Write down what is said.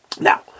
Now